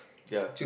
jar